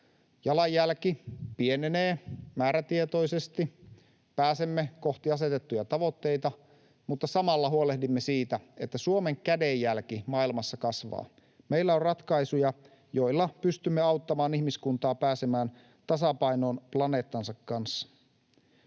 jalanjälki pienenee määrätietoisesti. Pääsemme kohti asetettuja tavoitteita, mutta samalla huolehdimme siitä, että Suomen kädenjälki maailmassa kasvaa. Meillä on ratkaisuja, joilla pystymme auttamaan ihmiskuntaa pääsemään tasapainoon planeettansa kanssa.